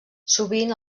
sovint